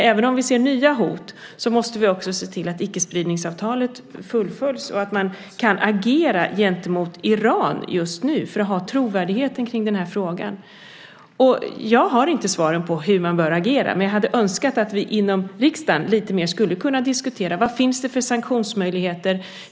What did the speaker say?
Även om vi ser nya hot måste vi se till att icke-spridningsavtalet fullföljs och att man kan agera gentemot Iran just nu för att ha trovärdigheten i den här frågan. Jag har inte svaren på hur man bör agera. Men jag hade önskat att vi skulle kunna diskutera lite mer i riksdagen. Vad finns det för sanktionsmöjligheter?